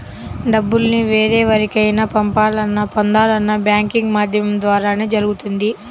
డబ్బుల్ని వేరెవరికైనా పంపాలన్నా, పొందాలన్నా బ్యాంకింగ్ మాధ్యమం ద్వారానే జరుగుతుంది